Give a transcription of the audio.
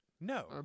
No